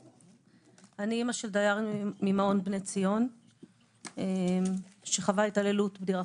אני אימא של דייר ממעון בני ציון שחווה התעללות בדירה